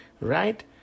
Right